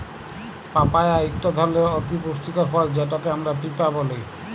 papaya ইকট ধরলের অতি পুষ্টিকর ফল যেটকে আমরা পিঁপা ব্যলি